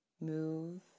move